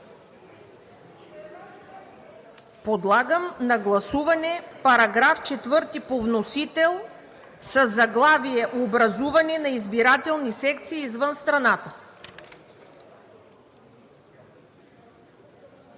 Подлагам на гласуване § 4 по вносител със заглавие „Образуване на избирателни секции извън страната“.